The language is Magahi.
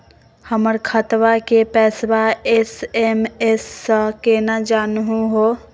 हमर खतवा के पैसवा एस.एम.एस स केना जानहु हो?